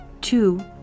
Two